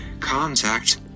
Contact